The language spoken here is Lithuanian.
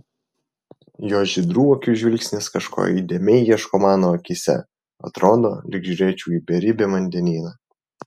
jo žydrų akių žvilgsnis kažko įdėmiai ieško mano akyse atrodo lyg žiūrėčiau į beribį vandenyną